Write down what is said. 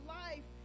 life